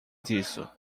disso